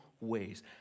ways